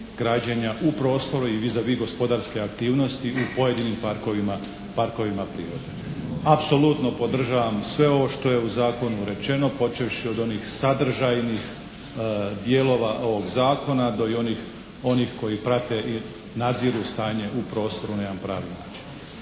građenja u prostoru i vis a vis gospodarske aktivnosti u pojedinim parkovima prirode. Apsolutno podržavam sve ovo što je u zakonu rečeno počevši od onih sadržajnih dijelova ovog zakona do onih koji prate nadziru stanje u prostoru na jedan pravi način.